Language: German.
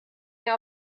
mehr